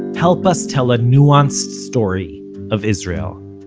help us tell a nuanced story of israel.